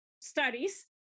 studies